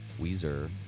Weezer